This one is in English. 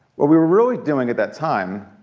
what we were really doing at that time